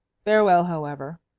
farewell, however.